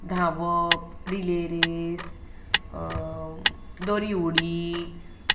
धांवप relay race दोरीउडी